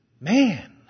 man